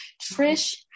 Trish